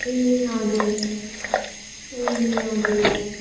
ए हजुर ए हजुर हजुर